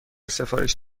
سفارش